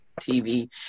TV